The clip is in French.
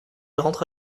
rentre